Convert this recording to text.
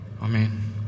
Amen